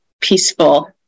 peaceful